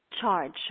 charge